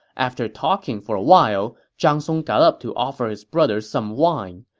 after talking for a while, zhang song got up to offer his brother some wine.